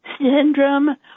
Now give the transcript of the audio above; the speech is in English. syndrome